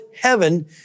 heaven